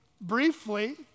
briefly